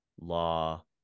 law